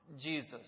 Jesus